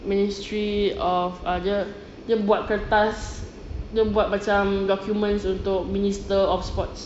ministry of err dia dia buat kertas dia buat macam document untuk minister of sports